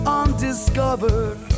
undiscovered